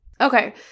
Okay